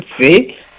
See